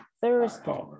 Thursday